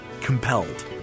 Compelled